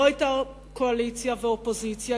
לא היו קואליציה ואופוזיציה,